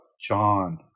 John